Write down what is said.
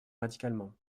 radicalement